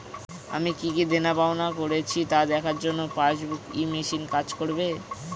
আমি কি কি দেনাপাওনা করেছি তা দেখার জন্য পাসবুক ই মেশিন কাজ করবে?